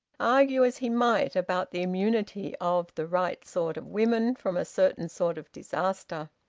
argue as he might about the immunity of the right sort of women from a certain sort of disaster.